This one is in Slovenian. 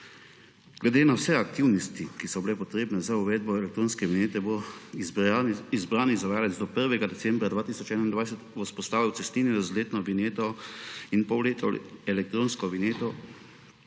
Glede na vse aktivnosti, ki so bile potrebne za uvedbo elektronske vinjete, bo izbrani izvajalec do 1. decembra 2021 vzpostavil cestninjenje z letno vinjeto in polletno elektronsko vinjeto.